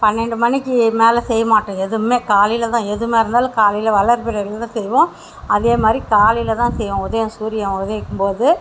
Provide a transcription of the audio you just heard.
பன்னெண்டு மணிக்கு மேலே செய்யமாட்டோம் எதுவுமே காலையில்தான் எதுவாருந்தாலும் காலையில் வளர்பிறையில்தான் செய்வோம்